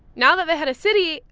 now that they had a city,